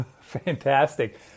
Fantastic